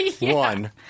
one